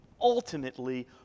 ultimately